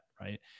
right